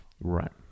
Right